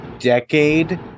decade